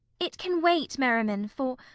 it can wait, merriman for.